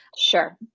Sure